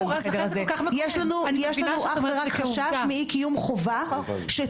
החובה החוקית שחלה על הרשויות המקומיות להבטיח